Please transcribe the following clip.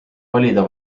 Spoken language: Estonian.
valida